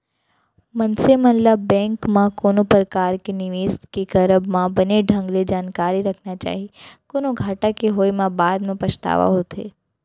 मनसे मन ल बेंक म कोनो परकार के निवेस के करब म बने ढंग ले जानकारी रखना चाही, कोनो घाटा के होय म बाद म पछतावा होथे